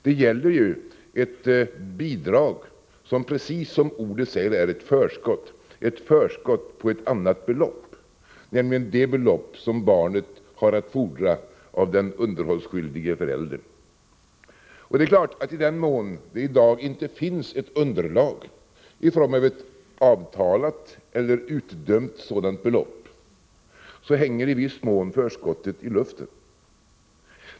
Det är ju fråga om ett bidragsförskott som precis som ordet säger är ett förskott på ett annat belopp, nämligen det belopp som barnet har att fordra av den underhållsskyldige föräldern. Det är klart att i den mån det i dag inte finns ett underlag i form av ett avtalat eller utdömt sådant belopp, så hänger i viss mån förskottet i luften.